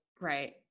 Right